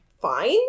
Fine